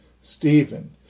Stephen